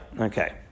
Okay